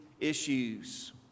issues